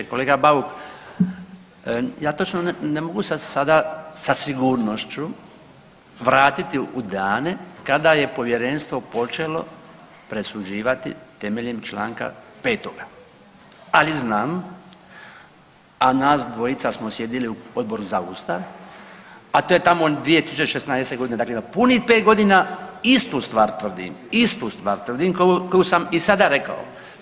Kolega Bauk, ja točno ne mogu sada sa sigurnošću vratiti u dane kada je povjerenstvo počelo presuđivati temeljem čl. 5., ali znam, a nas dvojica smo sjedili u Odboru za Ustav, a to je tamo 2016.g. dakle ima punih pet godina istu stvar tvrdim, istu stvar tvrdim koju sam i sada rekao.